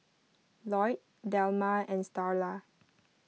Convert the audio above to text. Lloyd Delma and Starla